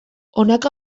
honako